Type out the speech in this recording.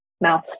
mouth